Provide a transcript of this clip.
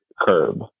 Curb